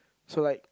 so like